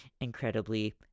incredibly